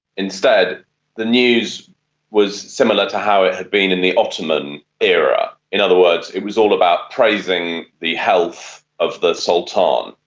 instead the news was similar to how it had been in the ottoman era. in other words, it was all about praising the health of the sultan,